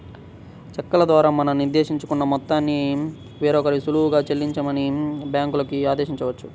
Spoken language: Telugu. చెక్కుల ద్వారా మనం నిర్దేశించుకున్న మొత్తాన్ని వేరొకరికి సులువుగా చెల్లించమని బ్యాంకులకి ఆదేశించవచ్చు